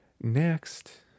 Next